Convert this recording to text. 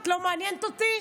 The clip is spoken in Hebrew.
את לא מעניינת אותי.